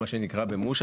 מה שנקרא במושה,